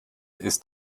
ist